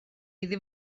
iddi